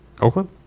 Oakland